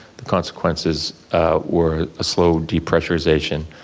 the consequences were a slow depressurization,